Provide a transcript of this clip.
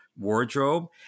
wardrobe